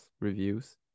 reviews